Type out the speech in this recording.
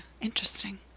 Interesting